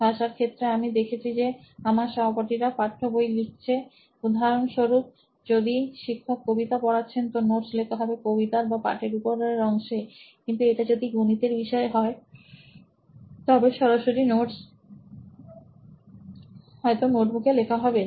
ভাষার ক্ষেত্রে আমি দেখেছি যে আমার সহপাঠীরা পাঠ্য বইতে লিখছে উদাহরণ স্বরূপ যদি শিক্ষক কবিতা পড়াচ্ছেন তো নোটস লেখা হবে কবিতার বা পাঠের উপরের অংশে কিন্তু এটা যদি গণিতের বিষয় হয় তবে হয়তো নোটস সরাসরি নোটবুকে লেখা হবে